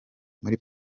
muri